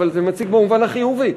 אבל זה מציק במובן החיובי.